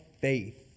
faith